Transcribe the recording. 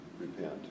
repent